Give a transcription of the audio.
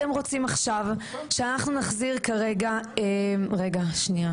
אתם רוצים שאנחנו נחזיר כרגע --- סעיף